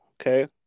Okay